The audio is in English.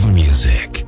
music